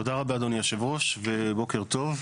(הצגת מצגת) תודה רבה אדוני היושב-ראש ובוקר טוב.